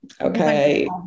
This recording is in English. okay